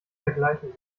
vergleichen